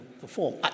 perform